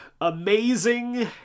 amazing